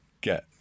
get